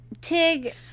Tig